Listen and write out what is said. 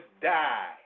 die